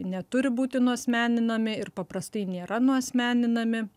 neturi būti nuasmeninami ir paprastai nėra nuasmeninami